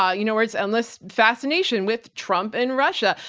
ah you know, where it's endless fascination with trump and russia.